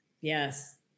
Yes